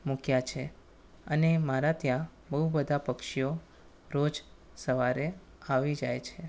મૂક્યા છે અને મારે ત્યાં બહુ બધાં પક્ષીઓ રોજ સવારે આવી જાય છે